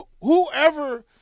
whoever